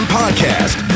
podcast